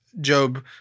Job